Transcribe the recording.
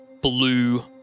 blue